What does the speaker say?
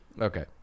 okay